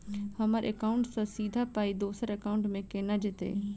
हम्मर एकाउन्ट सँ सीधा पाई दोसर एकाउंट मे केना जेतय?